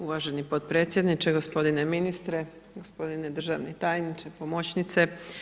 Uvaženi potpredsjedniče, gospodine ministre, gospodine državni tajniče, pomoćnice.